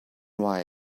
why